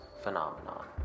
Phenomenon